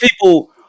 people